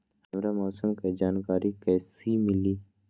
हमरा मौसम के जानकारी कैसी मिली?